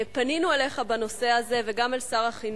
פנינו אליך בנושא הזה וגם אל שר החינוך,